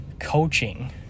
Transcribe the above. Coaching